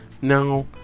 Now